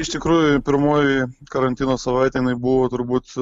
iš tikrųjų pirmoji karantino savaitė buvo turbūt